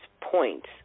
points